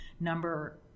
number